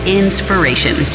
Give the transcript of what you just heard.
inspiration